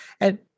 And-